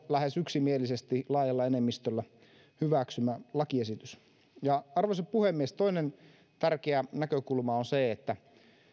lähes yksimielisesti laajalla enemmistöllä hyväksymä lakiesitys arvoisa puhemies toinen tärkeä näkökulma on se että